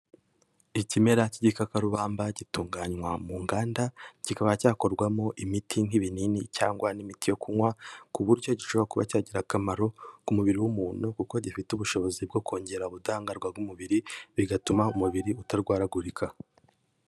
Ikimera cy'igikakarubamba gitunganywa mu nganda, kikaba cyakorwamo imiti nk'ibinini cyangwa n'imiti yo kunywa ku buryo gishobora kuba cyagira akamaro ku mubiri w'umuntu kuko gifite ubushobozi bwo kongera ubudahangarwa bw'umubiri, bigatuma umubiri utarwaragurika.